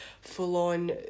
full-on